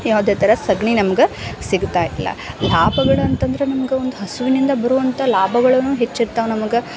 ಯಾವುದೇ ಥರ ಸಗಣಿ ನಮ್ಗೆ ಸಿಗುತ್ತಾ ಇಲ್ಲ ಲಾಭಗಳು ಅಂತಂದ್ರೆ ನಮ್ಗೆ ಒಂದು ಹಸುವಿನಿಂದ ಬರುವಂಥ ಲಾಭಗಳೂನು ಹೆಚ್ಚುತ್ತಾವೆ ನಮ್ಗೆ